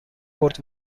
برد